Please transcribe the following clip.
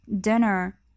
dinner